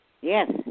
Yes